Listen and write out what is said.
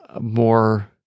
more